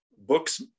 books